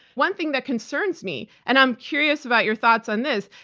one thing that concerns me, and i'm curious about your thoughts on this,